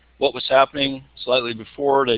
what was happening slightly before. and ah